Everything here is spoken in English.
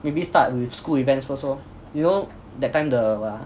maybe start with school events first lor you know that time the what ah